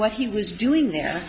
what he was doing there